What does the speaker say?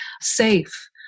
safe